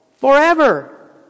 Forever